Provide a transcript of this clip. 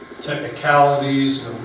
technicalities